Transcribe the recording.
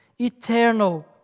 eternal